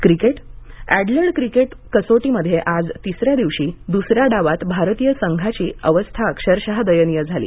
cricket Adelaide cricket कसोटीमध्ये आज तिसऱ्या दिवशी दुसऱ्या डावांत भारतीय संघाची अवस्था अक्षरश दयनीय झाली